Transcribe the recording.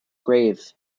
grave